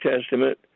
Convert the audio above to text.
Testament